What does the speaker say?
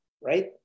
right